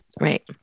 right